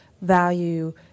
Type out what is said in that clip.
value